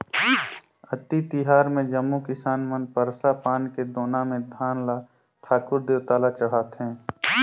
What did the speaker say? अक्ती तिहार मे जम्मो किसान मन परसा पान के दोना मे धान ल ठाकुर देवता ल चढ़ाथें